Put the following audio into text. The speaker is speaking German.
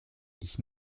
ich